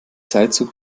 seilzug